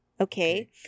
Okay